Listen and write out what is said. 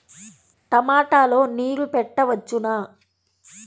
టమాట లో నీరు పెట్టవచ్చునా?